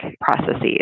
processes